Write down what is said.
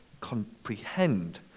comprehend